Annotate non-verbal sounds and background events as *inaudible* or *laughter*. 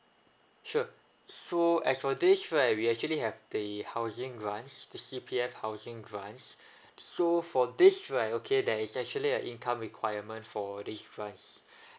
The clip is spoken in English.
sure so as for this right we actually have the housing grants the C_P_F housing grants *breath* so for this right okay there is actually a income requirement for this grants *breath*